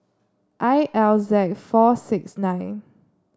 I L Z four six nine